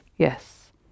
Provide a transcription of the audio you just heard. Yes